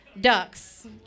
ducks